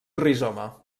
rizoma